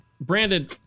brandon